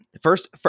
first